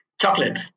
Chocolate